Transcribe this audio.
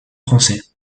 français